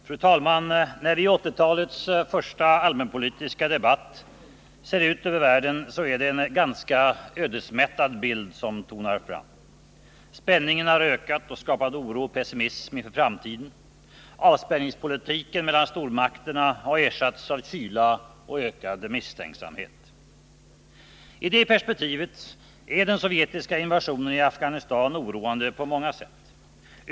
Fru talman! När vi i 1980-talets första allmänpolitiska debatt ser ut över världen, är det en ganska ödesmättad bild som tonar fram. Spänningen har ökat och skapat oro och pessimism inför framtiden. Avspänningspolitiken mellan stormakterna har ersatts av kyla och ökad misstänksamhet. I det perspektivet är den sovjetiska invasionen i Afghanistan oroande på många sätt.